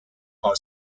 are